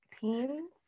teens